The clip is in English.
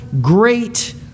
great